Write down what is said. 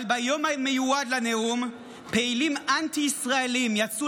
אבל ביום המיועד לנאום פעילים אנטי-ישראלים יצאו